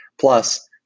Plus